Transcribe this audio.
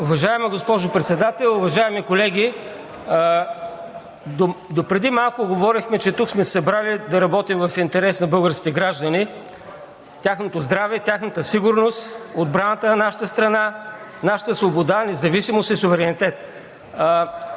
Уважаема госпожо Председател, уважаеми колеги! Допреди малко говорехме, че тук сме се събрали да работим в интерес на българските граждани, тяхното здраве и тяхната сигурност, отбраната на нашата страна, нашата свобода, независимост и суверенитет.